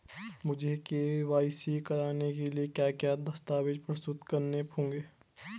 मुझे के.वाई.सी कराने के लिए क्या क्या दस्तावेज़ प्रस्तुत करने होंगे?